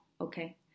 Okay